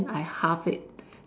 then I half it